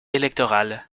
électoral